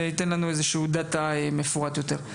ייתן לנו דאטה מפורט יותר.